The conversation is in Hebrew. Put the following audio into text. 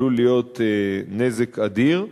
עלול להיות נזק אדיר.